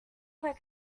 like